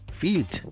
field